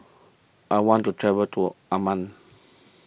I want to travel to Amman